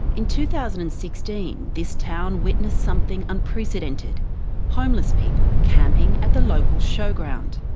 in two thousand and sixteen, this town witnessed something unprecedented homeless people camping at the local showground.